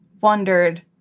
wondered